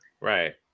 Right